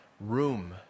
room